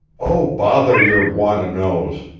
oh, bother your want-to-knows.